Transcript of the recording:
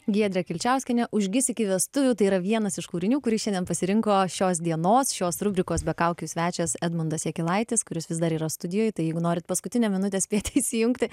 giedrė kilčiauskienė užgis iki vestuvių tai yra vienas iš kūrinių kurį šiandien pasirinko šios dienos šios rubrikos be kaukių svečias edmundas jakilaitis kuris vis dar yra studijoj tai jeigu norit paskutinę minutę spėti įsijungti